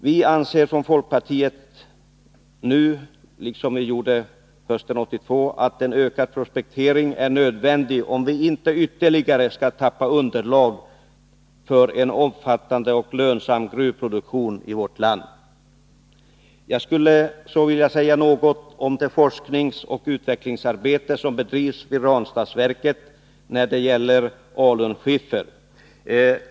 Vi anser från folkpartiet nu, som vi gjorde hösten 1982, att en ökad prospektering är nödvändig, om vi inte ytterligare skall tappa underlag för en omfattande och lönsam gruvhantering i vårt land. Jag skulle så vilja säga något om det forskningsoch utvecklingsarbete som bedrivs vid Ranstadsverket när det gäller alunskiffer.